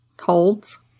holds